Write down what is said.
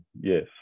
yes